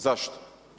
Zašto?